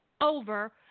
over